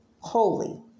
holy